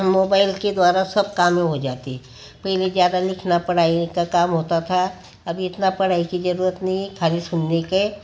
mobile के द्वारा सब काम हो जाते पहले ज़्यादा लिखना पढ़ाई का काम होता था अब इतना पढ़ाई की ज़रूरत नहीं है खाली सुनने के